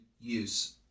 use